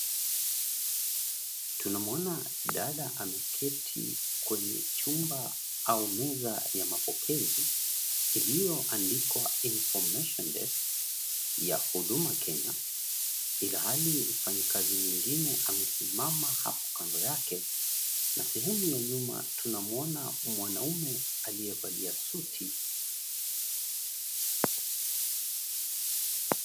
Tunamwona dada ameketi kwenye chumba au meza ya mapokezi ilioandikwa Information Desk ya huduma kenya ilhali mfanyikazi mwengine amesimama hapo kando yake, na sehemu ya nyuma tunamwona mwanaume aliyevalia suti.